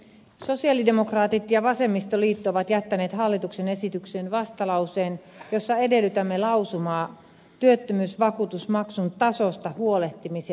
sosialidemokraatit ja vasemmistoliitto ovat jättäneet hallituksen esitykseen vastalauseen jossa edellytämme lausumaa työttömyysvakuutusmaksun tasosta huolehtimiseksi